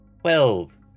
Twelve